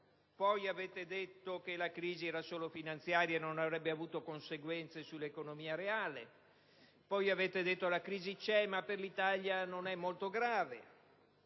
poi che la crisi era solo finanziaria e non avrebbe avuto conseguenze sull'economia reale, poi che la crisi c'era ma per l'Italia non era molto grave,